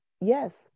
yes